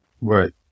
right